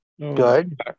Good